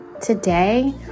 Today